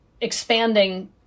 expanding